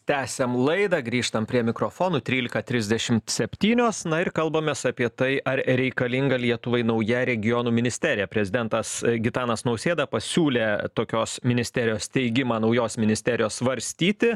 tęsiam laidą grįžtam prie mikrofonų trylika trisdešimt septynios na ir kalbamės apie tai ar reikalinga lietuvai nauja regionų ministerija prezidentas gitanas nausėda pasiūlė tokios ministerijos steigimą naujos ministerijos svarstyti